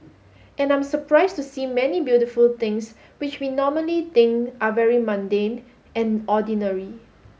and I'm surprise to see many beautiful things which we normally think are very mundane and ordinary